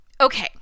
okay